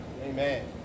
Amen